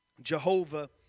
Jehovah